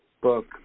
book